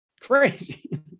crazy